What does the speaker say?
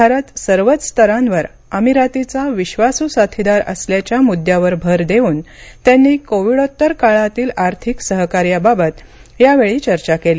भारत सर्वच स्तरांवर अमीरातीचा विश्वासू साथीदार असल्याच्या मुद्द्यावर भर देऊन त्यांनी कोविडोत्तर काळातील आर्थिक सहकार्याबाबत यावेळी चर्चा केली